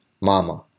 mama